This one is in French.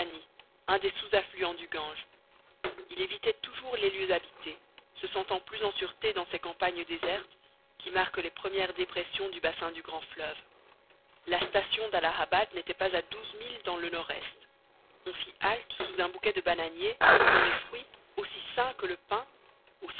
un des sous affluents du gange il évitait toujours les lieux habités se sentant plus en sûreté dans ces campagnes désertes qui marquent les premières dépressions du bassin du grand fleuve la station d'allahabad n'était pas à douze milles dans le nord-est on fit halte sous un bouquet de bananiers dont les fruits aussi sains que le pain